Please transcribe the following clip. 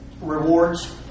rewards